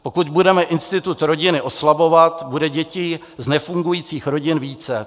Pokud budeme institut rodiny oslabovat, bude dětí z nefungujících rodin více.